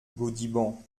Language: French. gaudiband